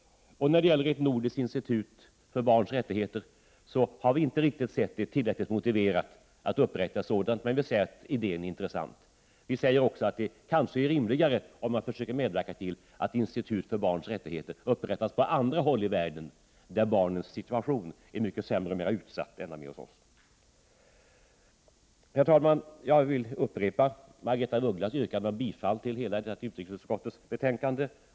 När det gäller ett nordiskt institut för barns rättigheter, så har vi inte ansett det tillräckligt motiverat att upprätta ett sådant, men vi ser idén som intressant. Vi säger också att det kanske är rimligare om man försöker medverka till att ett institut för barns rättigheter upprättas på andra håll i världen, där barnens situation är mycket sämre och mera utsatt än den är hos oss. Herr talman! Jag vill instämma i Margaretha af Ugglas yrkande om bifall till hemställan i utskottets betänkande.